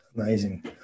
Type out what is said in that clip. amazing